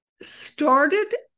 started